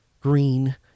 Green